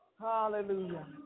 Hallelujah